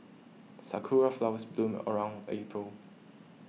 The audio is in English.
sakura flowers bloom around April